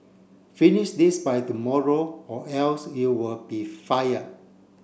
finish this by tomorrow or else you will be fired